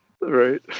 Right